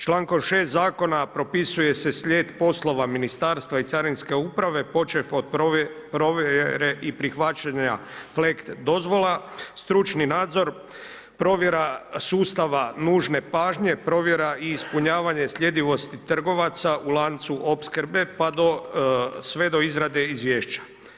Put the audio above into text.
Člankom 6. zakona propisuje se slijed poslova ministarstva i Carinske uprave počev od provjere i prihvaćanja flekt dozvola, stručni nadzor, provjera sustava nužne pažnje, provjera i ispunjavanje slijedivosti trgovaca u lancu opskrbe, pa do, sve do izrade izvješća.